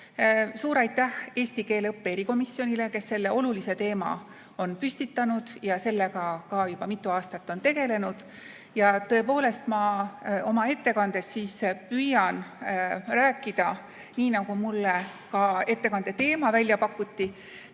Suur aitäh eesti keele õppe erikomisjonile, kes selle olulise teema on püstitanud ja sellega ka juba mitu aastat on tegelenud! Ja tõepoolest, ma oma ettekandes püüan rääkida, nii nagu mulle ka ettekande teema välja pakuti,